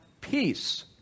peace